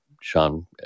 Sean